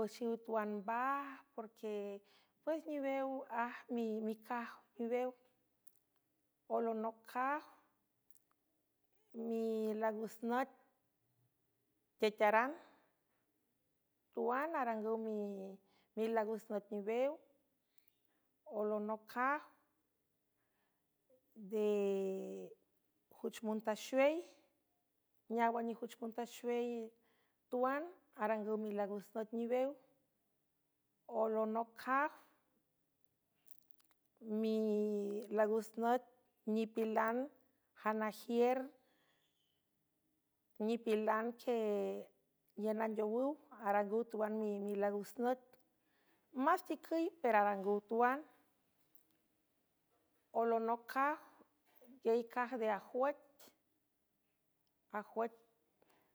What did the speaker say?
Uxiw tuanbaj porque pues niwew a imicaj niwew olonoaj milagus nüt tetaran tuan arangüw milagus nüt niwew olonoaj de juch muntaxuey neawanijuch muntaxuey tuan arangüw milagus nüt niwew olonocaw milagus nüt nipilan janajiür nipilan uieien andeowüw arangüw tuan mimilagus nüt más ticüy per arangüw tuan olono ieicaj de